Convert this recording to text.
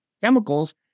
chemicals